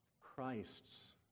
Christ's